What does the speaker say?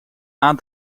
aan